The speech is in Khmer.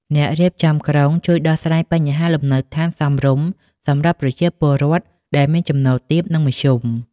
អ្នករៀបចំក្រុងជួយដោះស្រាយបញ្ហាលំនៅដ្ឋានសមរម្យ សម្រាប់ប្រជាពលរដ្ឋដែលមានចំណូលទាប និងមធ្យម។